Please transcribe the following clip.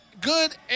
Good